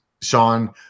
Sean